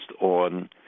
on